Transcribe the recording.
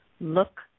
look